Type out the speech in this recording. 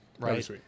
right